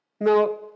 Now